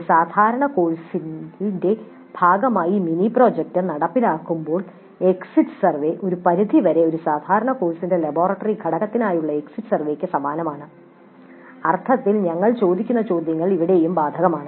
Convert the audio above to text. ഒരു സാധാരണ കോഴ്സിന്റെ ഭാഗമായി മിനി പ്രോജക്റ്റ് നടപ്പിലാക്കുമ്പോൾ എക്സിറ്റ് സർവേ ഒരു പരിധി വരെ ഒരു സാധാരണ കോഴ്സിന്റെ ലബോറട്ടറി ഘടകത്തിനായുള്ള എക്സിറ്റ് സർവേയ്ക്ക് സമാനമാണ് ഈഅർത്ഥത്തിൽ ഞങ്ങൾ അവിടെ ചോദിക്കുന്ന ചോദ്യങ്ങൾ ഇവിടെയും ബാധകമാണ്